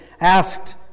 asked